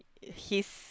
his